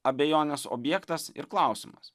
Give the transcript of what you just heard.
abejonės objektas ir klausimas